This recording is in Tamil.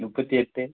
முப்பத்தி எட்டு